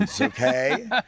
Okay